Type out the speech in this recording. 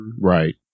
Right